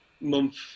month